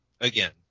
again